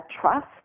trust